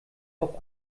auf